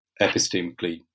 epistemically